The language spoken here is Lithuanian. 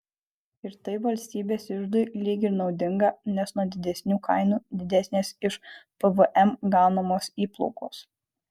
ir tai valstybės iždui lyg ir naudinga nes nuo didesnių kainų didesnės iš pvm gaunamos įplaukos